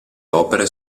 opere